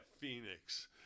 phoenix